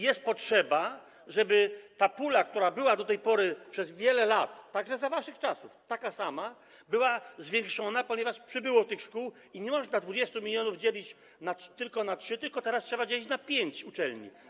Jest potrzeba, żeby ta pula, która była do tej pory przez wiele lat, także za waszych czasów, taka sama, była zwiększona, ponieważ przybyło tych szkół i nie można 20 mln zł dzielić tylko na trzy, tylko teraz trzeba dzielić na pięć uczelni.